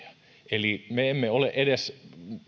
eli me emme ole